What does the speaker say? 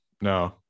no